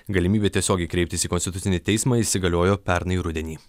galimybė tiesiogiai kreiptis į konstitucinį teismą įsigaliojo pernai rudenį